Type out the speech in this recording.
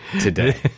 today